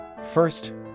First